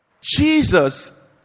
jesus